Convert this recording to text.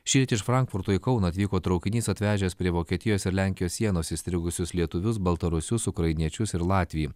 šįryt iš frankfurto į kauną atvyko traukinys atvežęs prie vokietijos ir lenkijos sienos įstrigusius lietuvius baltarusius ukrainiečius ir latvį